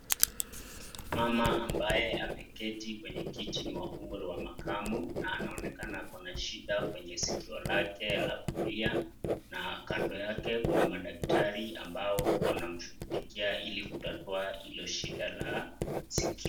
Mama ambaye ameketi kwenye kiti ni wa umri wa makamu na anaonekana akona shida kwenye sikio lake la kulia na kando yake kuna madaktari ambao wanamshughulikia ili kutatua hilo shida la sikio.